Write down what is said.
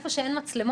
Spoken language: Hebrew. איפה שאין מצלמות,